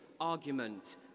argument